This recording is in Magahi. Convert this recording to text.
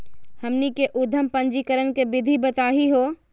हमनी के उद्यम पंजीकरण के विधि बताही हो?